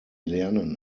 lernen